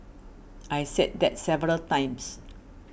I said that several times